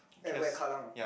at where Kallang ah